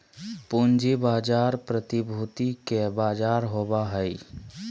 पूँजी बाजार प्रतिभूति के बजार होबा हइ